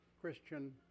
Christian